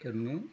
ओरैनो